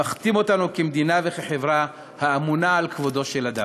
המכתים אותנו כמדינה וכחברה האמונה על כבודו של אדם.